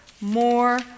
more